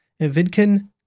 Vidkin